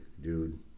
dude